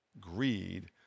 Greed